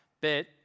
bit